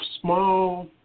small